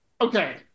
okay